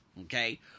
okay